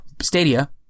Stadia